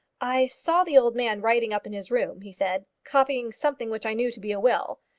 i saw the old man writing up in his room, he said, copying something which i knew to be a will.